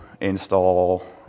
install